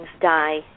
Die